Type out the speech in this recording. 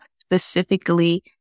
specifically